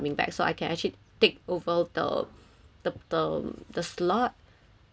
take over the the the the slot